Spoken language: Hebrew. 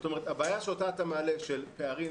הבעיה אותה אתה מעלה של פערים,